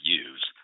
use